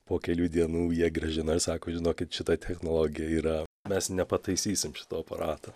po kelių dienų jie grąžino ir sako žinokit šita technologija yra mes nepataisysim šito aparato